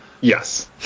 Yes